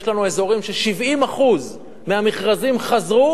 יש לנו אזורים שבהם 70% מהמכרזים חזרו,